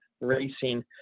racing